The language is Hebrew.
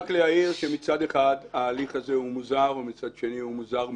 רק להעיר שמצד אחד ההליך הזה הוא מוזר ומצד שני הוא מוזר מאוד.